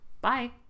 Bye